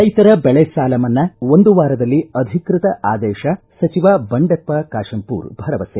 ರೈತರ ಬೆಳೆ ಸಾಲ ಮನ್ನಾ ಒಂದು ವಾರದಲ್ಲಿ ಅಧಿಕೃತ ಆದೇಶ ಸಚಿವ ಬಂಡೆಪ್ಪ ಕಾಶಂಪೂರ್ ಭರವಸೆ